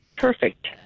Perfect